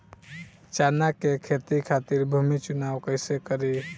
चना के खेती खातिर भूमी चुनाव कईसे करी?